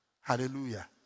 Hallelujah